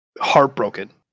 heartbroken